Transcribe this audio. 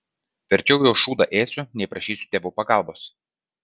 verčiau jau šūdą ėsiu nei prašysiu tėvų pagalbos